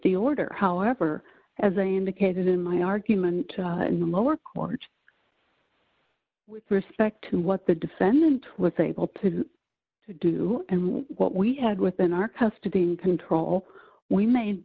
the order however as i indicated in my argument in the lower court with respect to what the defendant was able to do and what we had within our custody control we made